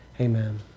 Amen